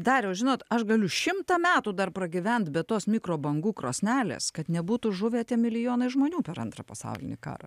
dariau žinot aš galiu šimtą metų dar pragyvent be tos mikrobangų krosnelės kad nebūtų žuvę tie milijonai žmonių per antrą pasaulinį karą